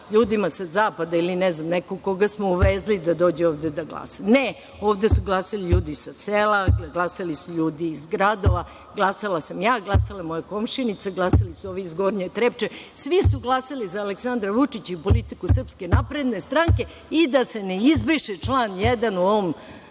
ljudima sa zapada ili ne znam nekog koga smo uvezli da dođe ovde da glasa. Ne, ovde su glasali ljudi sa sela, glasali su ljudi iz gradova, glasala sam ja, glasala moja komšinica, glasali su ovi iz Gornje Trepče. Svi su glasali za Aleksandra Vučića i politiku SNS i da se ne izbriše član 1. u ovim